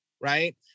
Right